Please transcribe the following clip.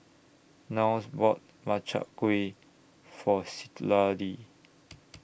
Niles bought Makchang Gui For Citlalli